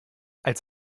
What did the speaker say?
als